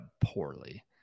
poorly